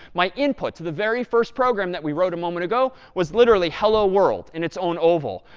my input to the very first program that we wrote a moment ago was literally hello, world in its own oval.